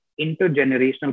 intergenerational